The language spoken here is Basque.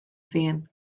zien